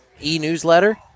e-newsletter